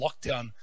lockdown